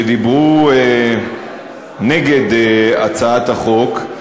שדיברו נגד הצעת החוק.